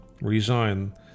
resign